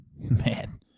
Man